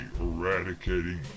eradicating